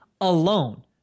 alone